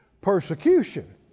persecution